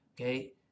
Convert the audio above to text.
okay